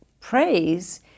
praise